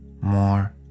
more